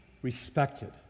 respected